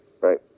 right